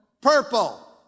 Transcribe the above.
Purple